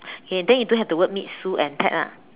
okay then you don't have the word meet Sue and Ted ah